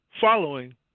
following